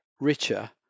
richer